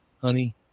Honey